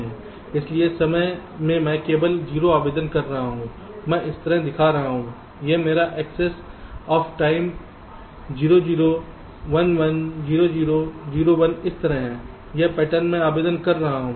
इसलिए समय में मैं केवल 0 आवेदन कर रहा हूं मैं इस तरह दिखा रहा हूं यह मेरे एक्सेस ऑफ टाइम 0 0 1 1 0 0 0 1 इस तरह है यह पैटर्न मैं आवेदन कर रहा हूं